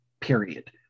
period